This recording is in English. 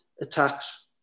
attacks